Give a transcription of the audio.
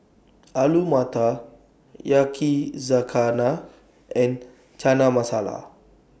Alu Matar Yakizakana and Chana Masala